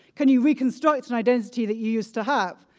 can you reconstruct an identity that you used to have?